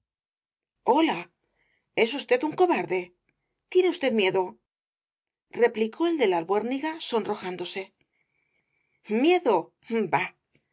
hola es usted un cobarde tiene usted miedo replicó el de la albuérniga sonrojándose miedo bah